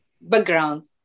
background